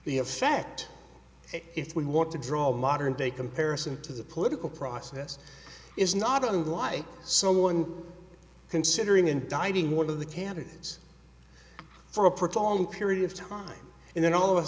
the effect if we want to draw a modern day comparison to the political process is not unlike someone considering indicting one of the candidates for a prolonged period of time and then all of a